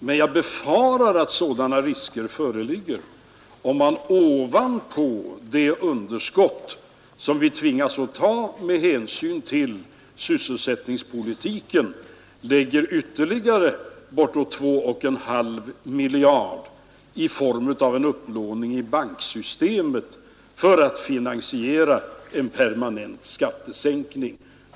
Men jag befarar att sådana risker föreligger, om man ovanpå det underskott, som vi tvingas att ta med hänsyn till sysselsättningspolitiken, lägger ytterligare bortåt två och en halv miljard i form av en upplåning i banksystemet för att finansiera en permanent skattesänkning.